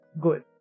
good